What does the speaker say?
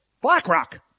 BlackRock